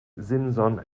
simson